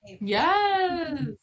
Yes